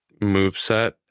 moveset